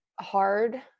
hard